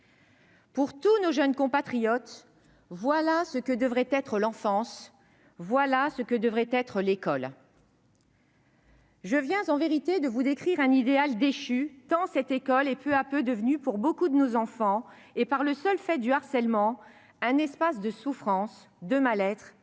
Pour tous nos jeunes compatriotes, voilà ce que devrait être l'enfance et ce que devrait être l'école. Je viens en vérité de vous décrire un idéal déchu, tant cette école est peu à peu devenue pour beaucoup de nos enfants, et par le seul fait du harcèlement, un lieu de souffrance, de mal-être